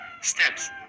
steps